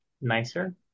nicer